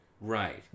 Right